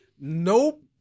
nope